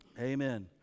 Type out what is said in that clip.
Amen